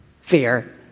fear